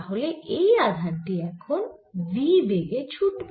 তাহলে এই আধানটি এখন v বেগে ছুটবে